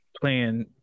Playing